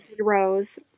Rose